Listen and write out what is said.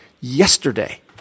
yesterday